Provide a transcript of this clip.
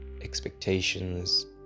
expectations